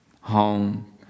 home